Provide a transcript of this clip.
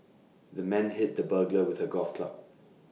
the man hit the burglar with A golf club